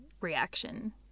reaction